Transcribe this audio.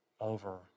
over